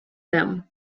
them